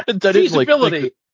Feasibility